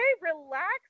relax